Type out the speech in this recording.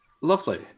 Lovely